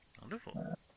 Wonderful